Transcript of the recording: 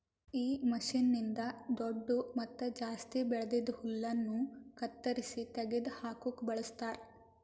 ಈ ಮಷೀನ್ನ್ನಿಂದ್ ದೊಡ್ಡು ಮತ್ತ ಜಾಸ್ತಿ ಬೆಳ್ದಿದ್ ಹುಲ್ಲನ್ನು ಕತ್ತರಿಸಿ ತೆಗೆದ ಹಾಕುಕ್ ಬಳಸ್ತಾರ್